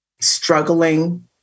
struggling